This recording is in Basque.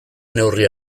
neurri